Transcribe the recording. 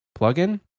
plugin